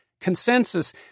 Consensus